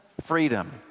freedom—